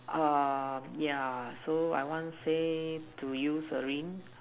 um ya so I want say to use a ring